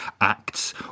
acts